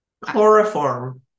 Chloroform